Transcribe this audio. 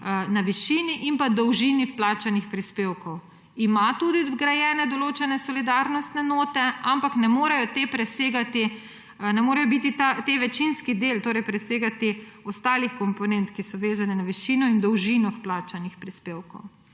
na višini in dolžini vplačanih prispevkov. Ima vgrajene tudi določene solidarnostne note, ampak te ne morejo biti večinski del, torej presegati ostalih komponent, ki so vezane na višino in dolžino vplačanih prispevkov.